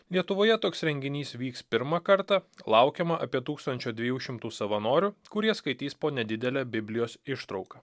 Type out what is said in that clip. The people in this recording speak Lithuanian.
lietuvoje toks renginys vyks pirmą kartą laukiama apie tūkstančio dviejų šimtų savanorių kurie skaitys po nedidelę biblijos ištrauką